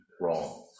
wrong